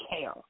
care